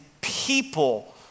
people